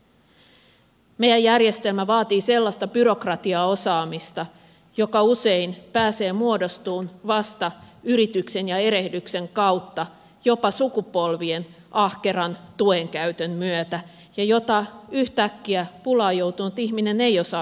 meidän järjestelmämme vaatii sellaista byrokratiaosaamista joka usein pääsee muodostumaan vasta yrityksen ja erehdyksen kautta jopa sukupolvien ahkeran tuenkäytön myötä ja jota yhtäkkiä pulaan joutunut ihminen ei osaa hyödyntää